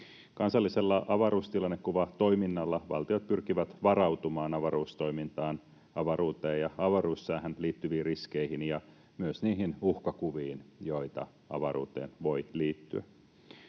Kansallisella avaruustilannekuvatoiminnalla valtiot pyrkivät varautumaan avaruustoimintaan, avaruuteen ja avaruussäähän liittyviin riskeihin ja myös niihin uhkakuviin, joita avaruuteen voi liittyä.